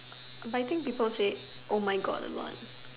but I think people will say my God a lot